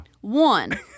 One